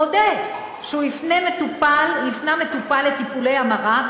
מודה שהוא הפנה מטופל לטיפולי המרה,